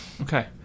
okay